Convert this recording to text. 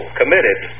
committed